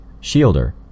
Shielder